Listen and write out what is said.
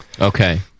Okay